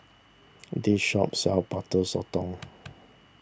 this shop sells Butter Sotong